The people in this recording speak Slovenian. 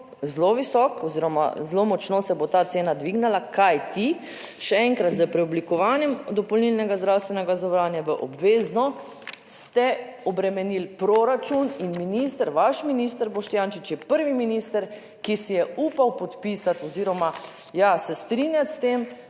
zelo visok oziroma zelo močno se bo ta cena dvignila, kajti še enkrat, s preoblikovanjem dopolnilnega zdravstvenega zavarovanja v obvezno ste obremenili proračun in minister, vaš minister Boštjančič je prvi minister, ki si je upal podpisati oziroma, ja, se strinjati s tem,